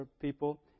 people